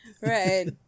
Right